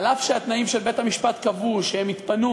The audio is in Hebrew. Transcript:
אף שהתנאים של בית-המשפט קבעו שהן יתפנו